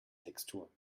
textur